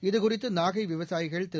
இதுகுறித்து நாகை விவசாயிகள் திரு